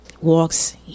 walks